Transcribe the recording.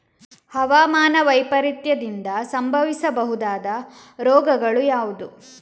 ಹವಾಮಾನ ವೈಪರೀತ್ಯದಿಂದಾಗಿ ಸಂಭವಿಸಬಹುದಾದ ರೋಗಗಳು ಯಾವುದು?